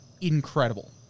incredible